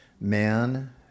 man